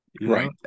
Right